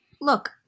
Look